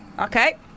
Okay